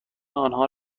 آنها